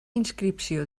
inscripció